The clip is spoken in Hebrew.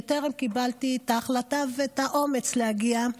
בטרם קיבלתי את ההחלטה ואת האומץ להגיע,